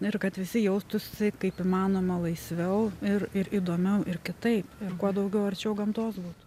na ir kad visi jaustųsi kaip įmanoma laisviau ir ir įdomiau ir kitaip ir kuo daugiau arčiau gamtos būt